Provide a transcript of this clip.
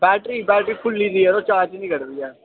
battery battery fully दी जरो charge निं करदी ऐ